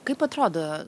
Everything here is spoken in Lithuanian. kaip atrodo